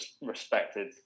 respected